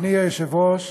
אדוני היושב-ראש,